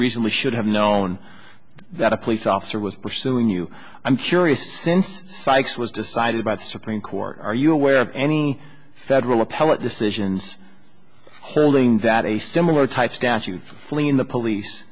reason we should have known that a police officer was pursuing you i'm curious since sikes was decided by the supreme court are you aware of any federal appellate decisions holding that a similar type statute fleeing the police